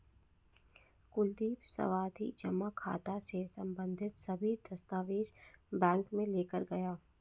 कुलदीप सावधि जमा खाता से संबंधित सभी दस्तावेज बैंक में लेकर गया